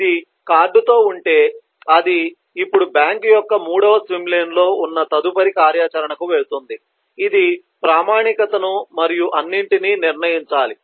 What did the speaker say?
ఇది కార్డుతో ఉంటే అది ఇప్పుడు బ్యాంకు యొక్క మూడవ స్విమ్ లేన్ లో ఉన్న తదుపరి కార్యాచరణకు వెళుతుంది ఇది ప్రామాణికతను మరియు అన్నింటినీ నిర్ణయించాలి